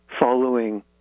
following